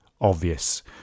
obvious